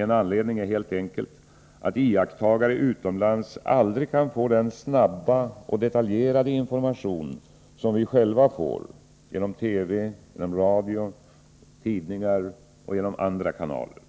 En anledning är helt enkelt att iakttagare utomlands aldrig kan få den snabba och detaljerade information som vi själva får genom TV, radio, tidningar och andra kanaler.